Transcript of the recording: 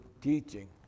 teaching